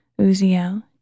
Uziel